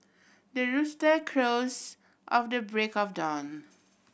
the rooster crows at the break of dawn